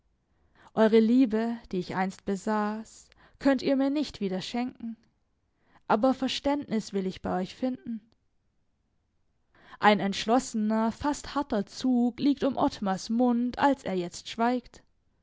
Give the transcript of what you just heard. eure liebe die ich einst besaß könnt ihr mir nicht wieder schenken aber verständnis will ich bei euch finden ein entschlossener fast harter zug liegt um ottmars mund als er jetzt schweigt